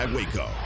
Waco